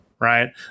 right